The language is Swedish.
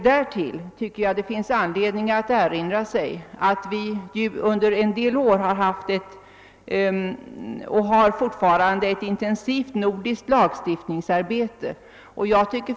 Dessutom tycker jag det finns anledning erinra sig att vi sedan några år har haft ett intensivt nordiskt lagstiftningsarbete, vi står nu också inför ett intereuropeiskt samarbete.